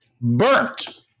burnt